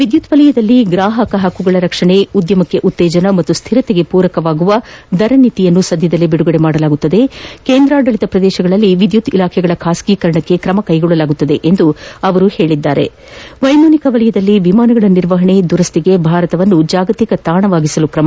ವಿದ್ಕುತ್ ವಲಯದಲ್ಲಿ ಗ್ರಾಹಕ ಹಕ್ಕುಗಳ ರಕ್ಷಣೆ ಉದ್ಯಮಕ್ಕೆ ಉತ್ತೇಜನ ಹಾಗೂ ಸ್ದಿರತೆಗೆ ಪೂರಕವಾಗುವ ದರ ನೀತಿಯನ್ನು ಸಧ್ಯದಲ್ಲೇ ಬಿಡುಗಡೆ ಕೇಂದ್ರಾಡಳಿತ ಪ್ರದೇಶಗಳಲ್ಲಿ ವಿದ್ಯುತ್ ಇಲಾಖೆಗಳ ಖಾಸಗೀಕರಣಕ್ಕೆ ಕ್ರಮ ವೈಮಾನಿಕ ವಲಯದಲ್ಲಿ ವಿಮಾನಗಳ ನಿರ್ವಹಣೆ ದುರಸ್ಥಿಗೆ ಭಾರತವನ್ನು ಜಾಗತಿಕ ತಾಣವಾಗಿಸಲು ಕ್ರಮ